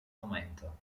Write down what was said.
momento